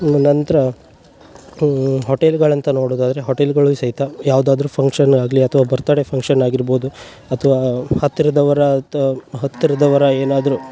ಇನ್ನು ನಂತರ ಹೊಟೆಲ್ಗಳಂತ ನೋಡುದಾದರೆ ಹೊಟೆಲ್ಗಳು ಸಹಿತ ಯಾವ್ದಾದರು ಫಂಕ್ಷನ್ ಆಗಲಿ ಅಥ್ವ ಬರ್ತಡೇ ಫಂಕ್ಷನ್ ಆಗಿರ್ಬೋದು ಅಥ್ವಾ ಹತ್ತಿರದವರ ಅತ ಹತ್ತಿರದವರ ಏನಾದರು